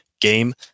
game